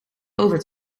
over